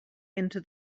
into